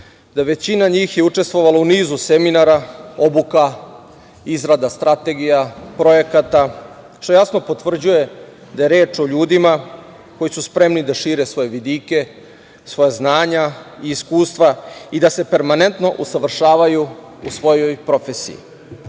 da većina njih je učestvovala u nisu seminara, obuka, izrada, strategija, projekata, što jasno potvrđuje da je reč o ljudima koji su spremni da šire svoje vidike, svoja znanja i iskustva, i da se permanentno usavršavaju u svojoj profesiji.